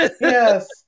Yes